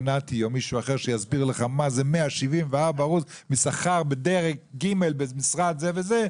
נתי או מישהו אחר שיסביר לך מה זה 174% משכר בדרג ג' במשרד זה וזה,